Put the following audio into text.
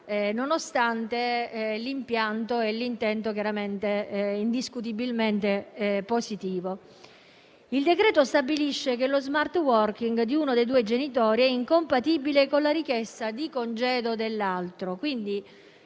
nonostante l'impianto e l'intento siano indiscutibilmente positivi. Il decreto-legge in discussione stabilisce che lo *smart working* di uno dei due genitori sia incompatibile con la richiesta di congedo dell'altro.